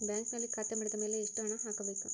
ಬ್ಯಾಂಕಿನಲ್ಲಿ ಖಾತೆ ಮಾಡಿದ ಮೇಲೆ ಎಷ್ಟು ಹಣ ಹಾಕಬೇಕು?